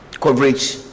Coverage